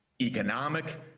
economic